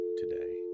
today